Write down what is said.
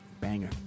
Banger